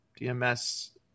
DMS